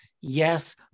Yes